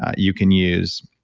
you can use